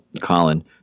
colin